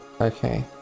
Okay